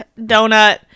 Donut